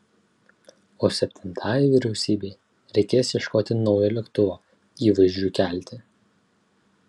o septintajai vyriausybei reikės ieškoti naujo lėktuvo įvaizdžiui kelti